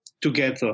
together